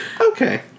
Okay